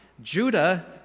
Judah